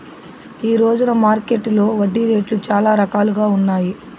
ఈ రోజున మార్కెట్టులో వడ్డీ రేట్లు చాలా రకాలుగా ఉన్నాయి